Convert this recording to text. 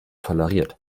toleriert